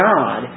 God